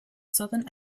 southern